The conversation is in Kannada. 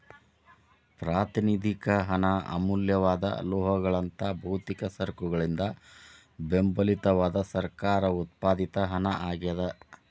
ಪ್ರಾತಿನಿಧಿಕ ಹಣ ಅಮೂಲ್ಯವಾದ ಲೋಹಗಳಂತಹ ಭೌತಿಕ ಸರಕುಗಳಿಂದ ಬೆಂಬಲಿತವಾದ ಸರ್ಕಾರ ಉತ್ಪಾದಿತ ಹಣ ಆಗ್ಯಾದ